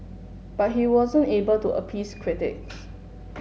but he wasn't able to appease critics